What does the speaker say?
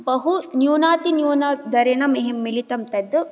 बहुन्यूनाति न्यूनदरेण मह्यं मिलितं तत्